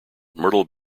myrtle